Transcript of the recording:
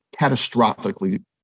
catastrophically